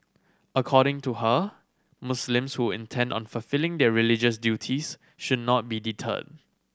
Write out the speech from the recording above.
according to her Muslims who intend on fulfilling their religious duties should not be deterred